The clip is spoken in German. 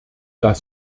das